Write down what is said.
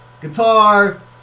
Guitar